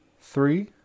three